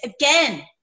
again